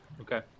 okay